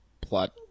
plot